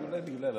אולי בגלל הלחץ.